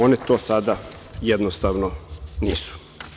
One to sada jednostavno nisu.